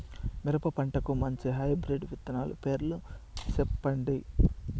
మిరప పంటకు మంచి హైబ్రిడ్ విత్తనాలు పేర్లు సెప్పండి?